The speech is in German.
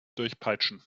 durchpeitschen